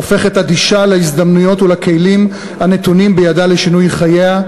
הופכת אדישה להזדמנויות ולכלים הנתונים בידה לשינוי חייה.